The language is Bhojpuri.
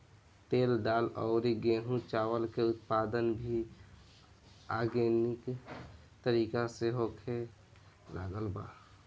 तेल, दाल अउरी गेंहू चावल के उत्पादन भी आर्गेनिक तरीका से होखे लागल बा